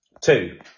Two